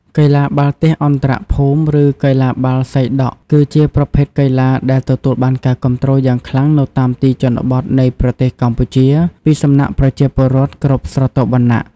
កីឡាបាល់ទះអន្តរភូមិ និងកីឡាបាល់សីដក់គឺជាប្រភេទកីឡាដែលទទួលបានការគាំទ្រយ៉ាងខ្លាំងនៅតាមទីជនបទនៃប្រទេសកម្ពុជាពីសំណាក់ប្រជាពលរដ្ឋគ្រប់ស្រទាប់វណ្ណៈ។